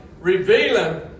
revealing